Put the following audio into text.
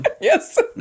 Yes